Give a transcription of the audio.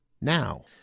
now